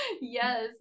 Yes